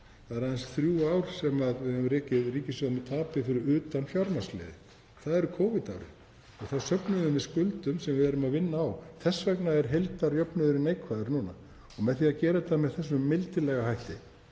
Það eru aðeins þrjú ár sem við höfum rekið ríkissjóð með tapi fyrir utan fjármagnsliðinn. Það eru Covid-árin. Þá söfnuðum við skuldum sem við erum að vinna á. Þess vegna er heildarjöfnuðurinn neikvæður núna. Með því að gera þetta með þessum mildilega hætti